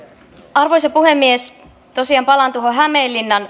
arvoisa puhemies tosiaan palaan tuohon hämeenlinnan